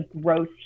gross